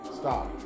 stop